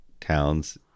towns